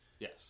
Yes